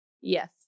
yes